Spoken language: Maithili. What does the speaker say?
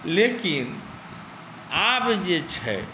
लेकिन आब जे छै